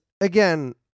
again